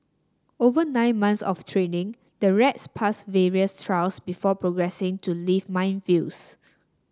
over nine months of training the rats pass various trials before progressing to live minefields